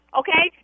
okay